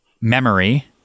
memory